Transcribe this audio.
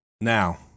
Now